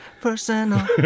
personal